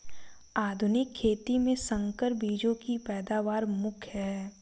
आधुनिक खेती में संकर बीजों की पैदावार मुख्य हैं